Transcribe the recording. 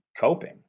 coping